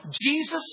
Jesus